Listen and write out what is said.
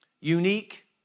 unique